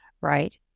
right